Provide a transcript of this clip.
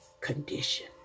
condition